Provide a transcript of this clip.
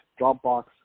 Dropbox